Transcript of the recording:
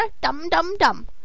dum-dum-dum